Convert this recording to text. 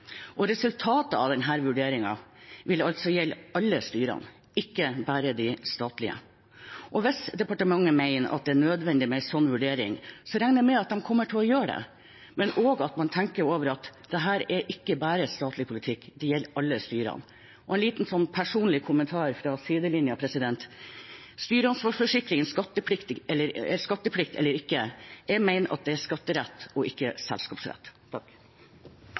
Resultatet av denne vurderingen vil gjelde alle styrer, ikke bare de statlige. Hvis departementet mener det er nødvendig med en sånn vurdering, regner jeg med at de kommer til å gjøre det, men også at man tenker over at dette ikke bare gjelder statlig politikk, det gjelder alle styrer. En liten personlig kommentar fra sidelinjen: Styreansvarsforsikring – skatteplikt eller ikke? Jeg mener at det er skatterett, ikke selskapsrett.